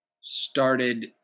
started